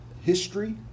history